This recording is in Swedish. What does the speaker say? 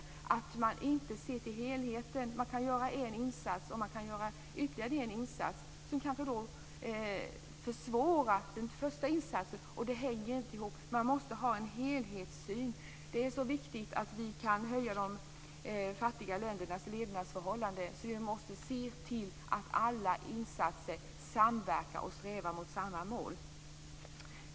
Man ser inte till helheten. Man kan göra en insats och ytterligare insatser som kanske försvårar genomförandet av den första insatsen. De hänger inte ihop. Man måste ha en helhetssyn. Det är viktigt att vi höjer levnadsförhållandena i de fattiga länderna, och vi måste se till att alla insatser samverkar och strävar mot samma mål.